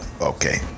Okay